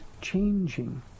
changing